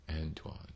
Antoine